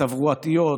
תברואתיות,